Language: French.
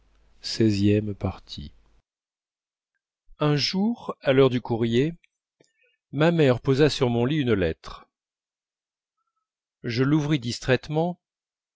un jour à l'heure du courrier ma mère posa sur mon lit une lettre je l'ouvris distraitement